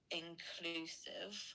inclusive